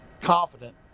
confident